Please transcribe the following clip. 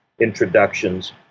introductions